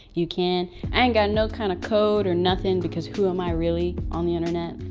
you can. i ain't got no kind of code or nothing because who am i really on the internet,